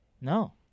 No